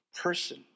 person